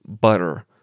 Butter